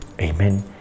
Amen